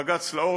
בג"ץ לאור,